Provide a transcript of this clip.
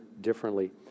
differently